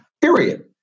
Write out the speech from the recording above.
period